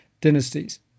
dynasties